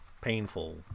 painful